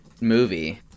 movie